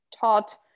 taught